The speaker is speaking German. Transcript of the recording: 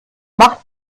macht